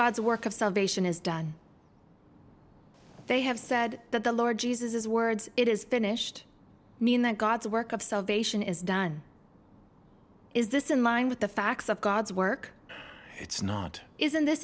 god's work of salvation is done they have said that the lord jesus his words it is finished mean that god's work of salvation is done is this in line with the facts of god's work it's not isn't this